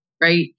right